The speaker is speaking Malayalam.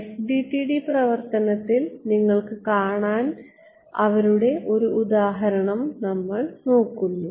FDTD പ്രവർത്തനത്തിൽ നിങ്ങൾക്ക് കാണിക്കാൻ അവരുടെ ഒരു ഉദാഹരണം നമ്മൾ നോക്കുന്നു